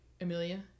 Amelia